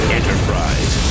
Enterprise